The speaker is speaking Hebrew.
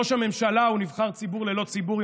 ראש הממשלה הוא נבחר ציבור ללא ציבור,